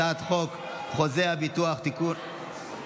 הצעת חוק חוזה הביטוח (תיקון,